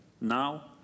now